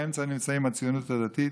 באמצע נמצאת הציונות הדתית.